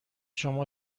شما